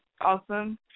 awesome